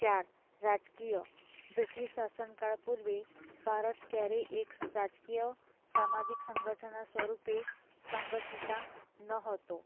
ચાર રાજકીય બ્રિટિશ શાસનકાળ પૂર્વે ભારત ક્યારેય એક રાજકીય સામાજિક સંગઠનના સ્વરૂપે સંગઠિત ન હતો